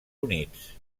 units